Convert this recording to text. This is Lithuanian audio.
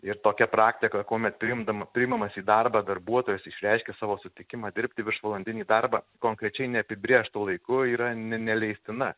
ir tokia praktika kuomet priimdama priimamas į darbą darbuotojas išreiškia savo sutikimą dirbti viršvalandinį darbą konkrečiai neapibrėžtu laiku yra ne neleistina